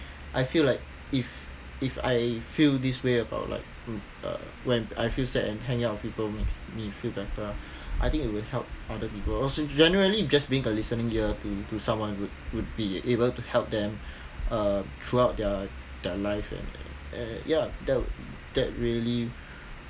I feel like if if I feel this way about like uh when I feel sad and hanging out with people makes me feel better lah I think it'll help other people also generally just being a listening ear to to someone would would be able to help them uh throughout their their life and uh ya that that really